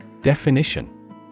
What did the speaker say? Definition